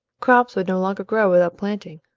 crops would no longer grow without planting.